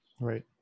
Right